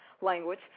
language